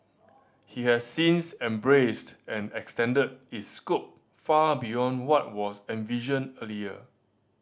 he has since embraced and extended its scope far beyond what was envisioned earlier